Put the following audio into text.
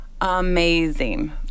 amazing